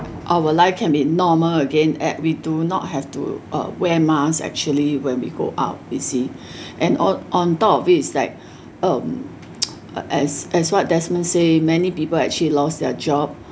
our life can be normal again and we do not have to uh wear mask actually when we go out you see and on on top of it it's like um uh as as what desmond say many people actually lost their job